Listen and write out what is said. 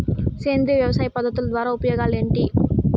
సేంద్రియ వ్యవసాయ పద్ధతుల ద్వారా ఉపయోగాలు ఏంటి?